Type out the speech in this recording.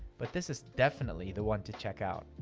but this is definitely the one to check out.